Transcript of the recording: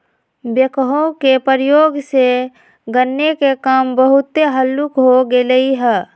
backhoe के प्रयोग से खन्ने के काम बहुते हल्लुक हो गेलइ ह